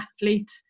athlete